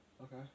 Okay